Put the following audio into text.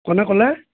কোনে ক'লে